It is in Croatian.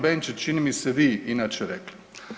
Benčić, čini mi se, vi inače rekli.